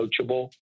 coachable